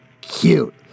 cute